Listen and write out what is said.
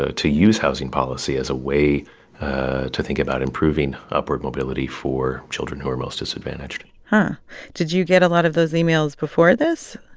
ah to use housing policy as a way to think about improving upward mobility for children who are most disadvantaged and did you get a lot of those emails before this?